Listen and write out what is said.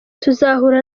tuzahura